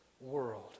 world